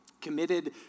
Committed